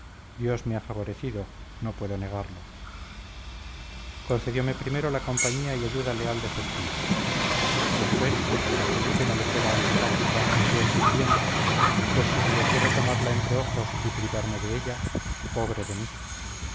dios me ha favorecido no puedo negarlo concediome primero la compañía y ayuda leal de justina después que a felipe no le fuera antipática mi fiel sirviente pues si se le ocurre tomarla entre ojos y privarme de ella pobre de mí